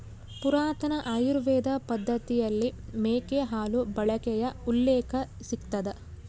ಪುರಾತನ ಆಯುರ್ವೇದ ಪದ್ದತಿಯಲ್ಲಿ ಮೇಕೆ ಹಾಲು ಬಳಕೆಯ ಉಲ್ಲೇಖ ಸಿಗ್ತದ